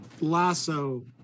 lasso